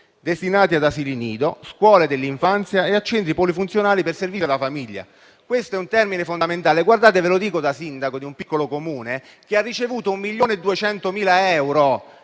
destinati ad asili nido, scuole dell'infanzia e centri polifunzionali per servizi alla famiglia. Questo è un termine fondamentale. Lo dico da sindaco di un piccolo Comune, che ha ricevuto 1,2